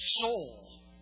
soul